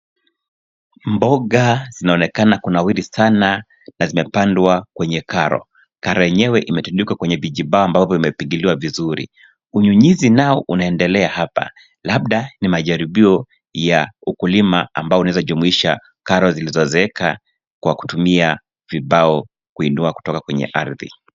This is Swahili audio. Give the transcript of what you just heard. Mboga zinaonekana kunawiri sana na zimepandwa kwenye kara, kara yenyewe imetundikwa kwenye vijibamba vilivyo pigiliwa vizuri. Unyunyizi nao unaendelea hapa labda ni majaribio ya ukulima ambao unawezajumuisa kara zilizozeeka kwa kutumia vibao kuinua kutoka kwenye arthi.